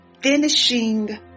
Finishing